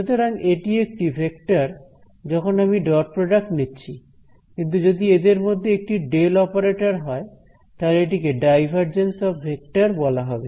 সুতরাং এটি একটি ভেক্টর যখন আমি ডট প্রডাক্ট নিচ্ছি কিন্তু যদি এদের মধ্যে একটি ডেল অপারেটর হয় তাহলে এটিকে ডাইভারজেন্স অফ ভেক্টর বলা হবে